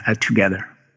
together